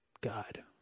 God